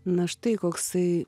na štai koksai